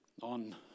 on